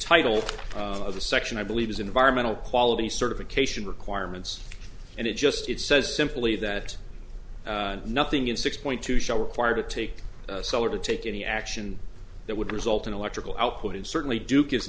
title of the section i believe is environmental quality certification requirements and it just it says simply that nothing in six point two shall require to take seller to take any action that would result in electrical output and certainly duke is